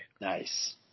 Nice